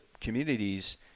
communities